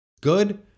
good